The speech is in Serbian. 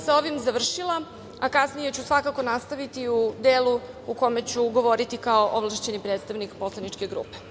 Sa ovim bih završila, a kasnije ću svakako nastaviti u delu u kome ću govoriti kao ovlašćeni predstavnik ovlašćene grupe.